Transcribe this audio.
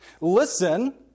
Listen